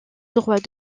droit